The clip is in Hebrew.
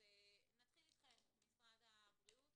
נתחיל אתכם, משרד הבריאות.